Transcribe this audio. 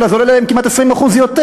אלא זה עולה להם כמעט 20% יותר.